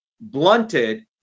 blunted